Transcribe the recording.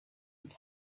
and